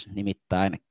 nimittäin